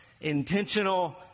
intentional